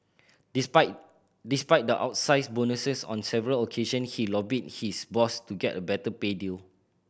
despite despite the outsize bonuses on several occasion he lobbied his boss to get a better pay deal